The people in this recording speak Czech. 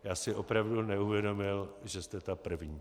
Já si opravdu neuvědomil, že jste ta první.